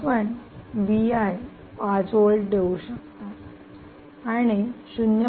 आपण 5 व्होल्ट देऊ शकता आणि 0